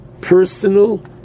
personal